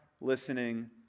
listening